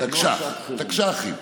תקש"ח, תקש"חים.